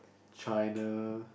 China